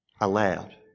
aloud